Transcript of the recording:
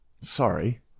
Sorry